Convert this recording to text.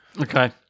Okay